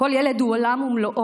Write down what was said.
כל ילד הוא עולם ומלואו,